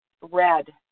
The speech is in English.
red